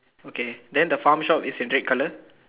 okay then the pharm shop is in red colour